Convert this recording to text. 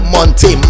Monte